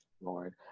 Lord